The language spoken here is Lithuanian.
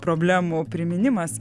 problemų priminimas